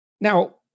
now